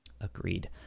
Agreed